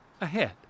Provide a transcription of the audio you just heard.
ahead